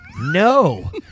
No